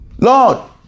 Lord